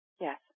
Yes